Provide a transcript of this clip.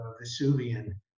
Vesuvian